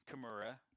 Kimura